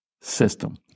system